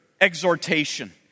exhortation